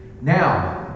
Now